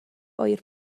ŵyr